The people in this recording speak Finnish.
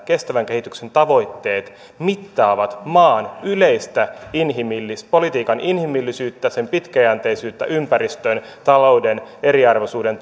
kestävän kehityksen tavoitteet mittaavat maan yleistä politiikan inhimillisyyttä sen pitkäjänteisyyttä ympäristön talouden eriarvoisuuden